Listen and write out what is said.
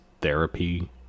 therapy